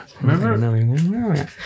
Remember